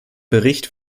bericht